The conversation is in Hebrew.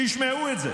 שישמעו את זה